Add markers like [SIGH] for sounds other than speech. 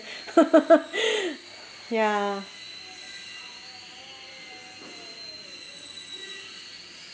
[LAUGHS] ya